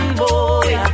boy